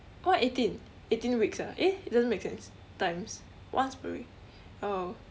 what eighteen eighteen weeks ah eh it doesn't make sense times once per week oh